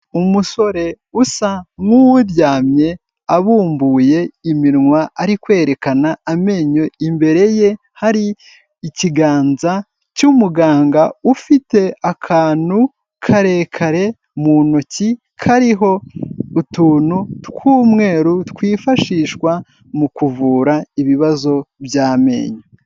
Umusore usa nk'uwuryamye abumbuye iminwa ari kwerekana amenyo, imbere ye hari ikiganza cy'umuganga ufite akantu karekare mu ntoki kariho utuntu tw'umweru twifashishwa mu kuvura ibibazo by'amenyo.